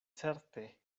certe